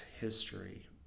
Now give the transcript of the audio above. history